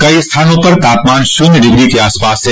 कई स्थानों पर तापमान शून्य डिग्री के आसपास है